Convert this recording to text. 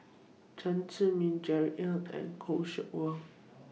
Chen Zhiming Jerry Ng and Khoo Seok Wan